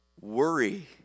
Worry